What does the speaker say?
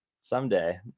Someday